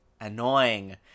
annoying